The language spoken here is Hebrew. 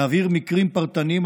להעביר מקרים פרטניים,